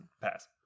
pass